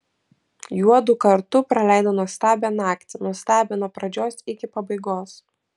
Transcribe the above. juodu kartu praleido nuostabią naktį nuostabią nuo pradžios iki pabaigos